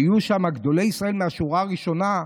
והיו שם גדולי ישראל מהשורה הראשונה.